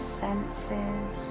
senses